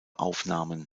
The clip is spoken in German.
aufnahmen